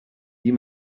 wie